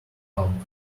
out